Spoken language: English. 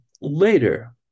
later